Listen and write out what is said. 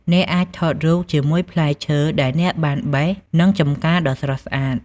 អ្នកអាចថតរូបជាមួយផ្លែឈើដែលអ្នកបានបេះនិងចម្ការដ៏ស្រស់ស្អាត។